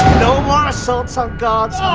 no more assaults on guards